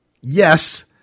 Yes